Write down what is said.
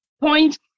point